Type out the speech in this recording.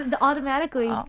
Automatically